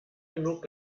genug